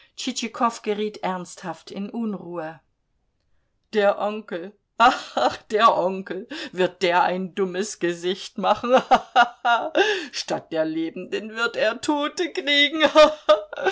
geriet ernsthaft in unruhe der onkel ach der onkel wird der ein dummes gesicht machen ha ha ha statt der lebenden wird er tote kriegen